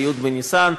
בי' בניסן.